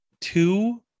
two